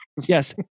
Yes